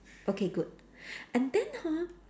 okay good and then hor